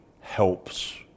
helps